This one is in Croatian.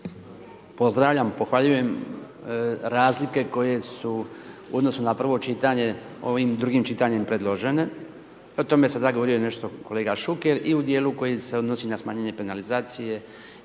pozdravljam, pohvaljujem razlike koje su u odnosu na prvo čitanje ovim drugim čitanjem predložene. O tome sada je govorio nešto kolega Šuker i u dijelu koji se odnosi na smanjenje penalizacije